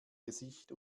gesicht